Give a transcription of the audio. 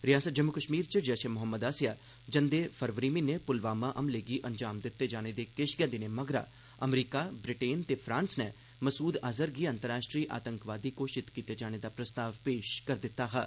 रिआसत जम्मू कश्मीर च जैशे मोहम्मद आसेआ जंदे फरवरी म्हीने पुलवामा हमले गी अंजाम दित्ते जाने दे किश गै दिनें मगरा अमरीका ब्रिटेन ते फ्रांस नै मसूद अजहर गी अंतर्राश्ट्री आतंकवादी घोषित कीते जाने दा प्रस्ताव पेश करी दित्ता हा